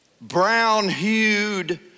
brown-hued